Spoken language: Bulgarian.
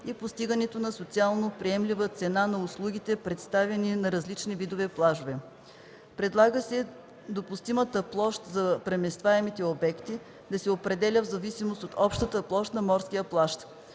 и постигането на социално приемлива цена на услугите, предоставяни на различните видове плажове. Предлага се допустимата площ за преместваемите обекти да се определя в зависимост от общата площ на морския плаж.